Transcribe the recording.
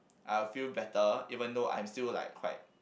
I'll feel better even though I'm still like quite